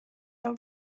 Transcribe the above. bêl